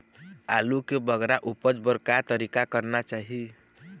आलू के बगरा उपज बर का तरीका करना चाही?